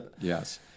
Yes